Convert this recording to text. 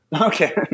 Okay